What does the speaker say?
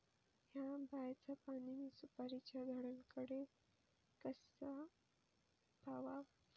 हया बायचा पाणी मी सुपारीच्या झाडान कडे कसा पावाव?